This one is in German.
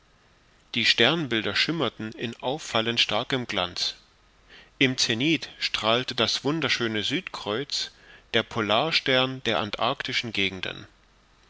die sternbilder schimmerten in auffallend starkem glanz im zenith strahlte das wunderschöne südkreuz der polarstern der antarktischen gegenden